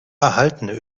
erhaltene